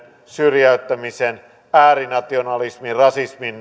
syrjäyttäminen äärinationalismi rasismin